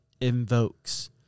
invokes